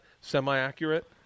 semi-accurate